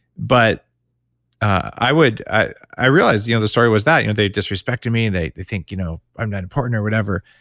but i would, i realize, the you know the story was that. you know they disrespected me and they think you know i'm not important or whatever.